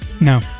No